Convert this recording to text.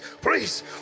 please